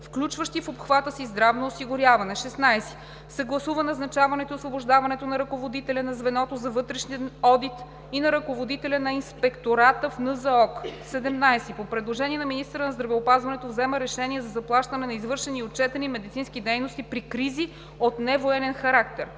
включващи в обхвата си здравно осигуряване. 16. Съгласува назначаването и освобождаването на ръководителя на звеното за вътрешен одит и на ръководителя на Инспектората в НЗОК. 17. По предложение на министъра на здравеопазването взема решения за заплащане на извършени и отчетени медицински дейности при кризи от невоенен характер.